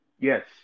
Yes